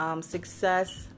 Success